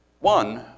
One